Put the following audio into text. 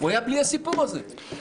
היה בלי הסיפור הזה.